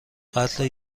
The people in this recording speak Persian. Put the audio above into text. قتل